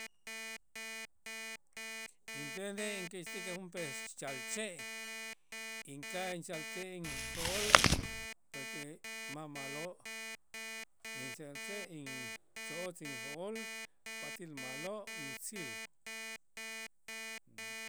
Intenej inkäxtik junp'ee xalche' inka'aj inxalche' inpol, porque ma' ma'lo' inxalche' intzo'otz injo'ol pat'äl ma'lo' yutzil.